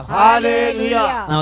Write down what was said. hallelujah